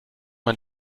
man